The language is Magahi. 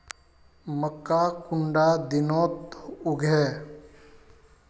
मक्का कुंडा दिनोत उगैहे?